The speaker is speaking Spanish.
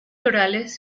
florales